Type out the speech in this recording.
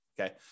okay